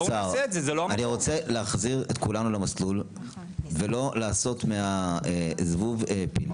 אני רוצה להחזיר את כולנו למסלול ולא לעשות מהזבוב פיל.